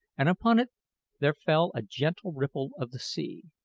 and upon it there fell a gentle ripple of the sea.